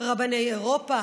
רבני אירופה,